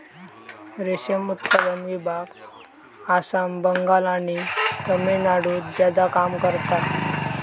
रेशम उत्पादन विभाग आसाम, बंगाल आणि तामिळनाडुत ज्यादा काम करता